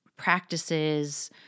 practices